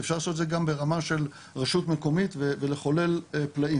אפשר לעשות את זה גם ברמה של רשות מקומית ולחולל פלאים.